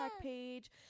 page